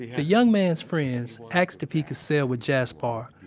the young man's friends asked if he could cell with jaspar,